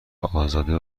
ازاده